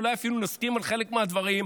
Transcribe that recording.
אולי אפילו נסכים על חלק מהדברים,